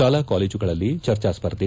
ಶಾಲಾ ಕಾಲೇಜುಗಳಲ್ಲಿ ಚರ್ಚಾಸ್ಪರ್ಧೆ